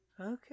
Okay